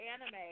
anime